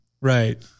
Right